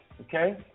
okay